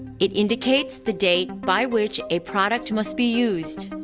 it indicates the date by which a product must be used.